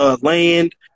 land